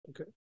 Okay